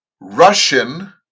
Russian